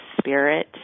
Spirit